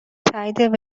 تایید